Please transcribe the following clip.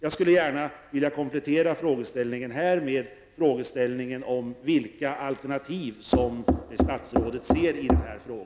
Jag skulle vilja komplettera frågeställningen med frågan om vilka alternativ som statsrådet ser i denna fråga.